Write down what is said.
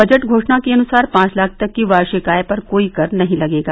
budget घोषणा के अनुसार पांच लाख तक की वार्षिक आय पर कोई कर नहीं लगेगा